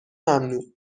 ممنوع